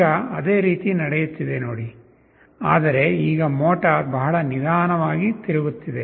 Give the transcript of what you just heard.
ಈಗ ಅದೇ ರೀತಿ ನಡೆಯುತ್ತಿದೆ ನೋಡಿ ಆದರೆ ಈಗ ಮೋಟಾರ್ ಬಹಳ ನಿಧಾನವಾಗಿ ತಿರುಗುತ್ತಿದೆ